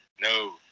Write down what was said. no